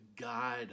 guide